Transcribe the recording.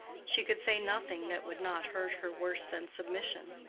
she could say nothing that would not hurt her worse than submission.